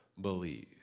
believe